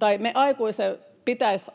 Meidän aikuisten pitäisi